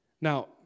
Now